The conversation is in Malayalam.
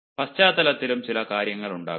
പശ്ചാത്തലത്തിലും ചില കാര്യങ്ങൾ ഉണ്ടാകാം